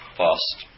fast